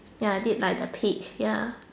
ya I did like the page ya